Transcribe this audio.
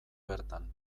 bertan